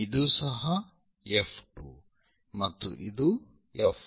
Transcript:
ಇದು ಸಹ F2 ಮತ್ತು ಇದು F1